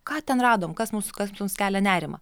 ką ten radom kas mus kas jums kelia nerimą